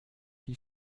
die